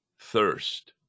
thirst